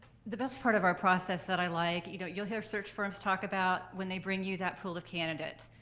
the best part of our process that i like, you know you'll hear search firms talk about when they bring you that pool of candidates,